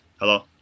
hello